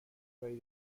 ولی